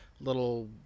little